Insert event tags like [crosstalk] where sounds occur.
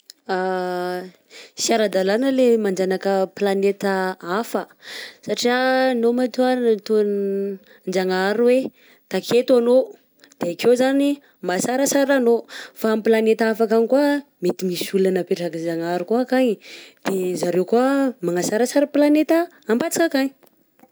[hesitation] Sy ara-dalana le manjanaka planeta hafa satria anao matoa nataon-janahary hoe takeo anao de akeo zany mahasarasara anao fa amy planeta hafa ankagny koa misy olona napetrak'i Zanahary koa akagny zareo koa manasarasara planeta apanja ankagny.